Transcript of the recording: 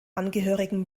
angehörigen